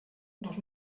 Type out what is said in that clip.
dos